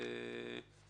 חשבונות